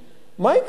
מה יקרה אתם?